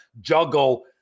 juggle